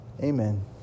Amen